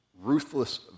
ruthless